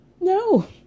No